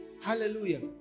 Hallelujah